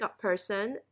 person